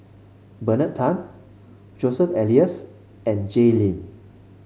Bernard Tan Joseph Elias and Jay Lim